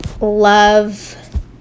love